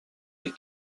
des